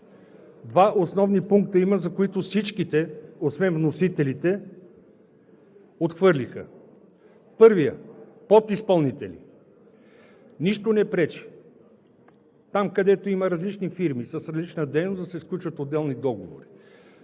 Два основни пункта има, които освен вносителите, всички отхвърлиха. Първият – подизпълнители. Нищо не пречи там, където има различни фирми с различна дейност, да се сключват отделни договори.